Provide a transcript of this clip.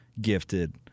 gifted